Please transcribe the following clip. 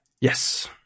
Yes